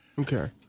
Okay